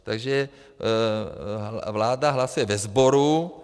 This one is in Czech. Takže vláda hlasuje ve sboru.